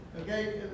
Okay